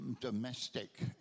domestic